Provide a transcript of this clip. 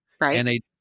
Right